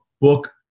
book